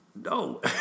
No